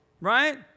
Right